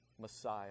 Messiah